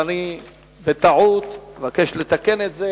אני מבקש לתקן את זה